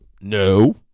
No